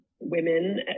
women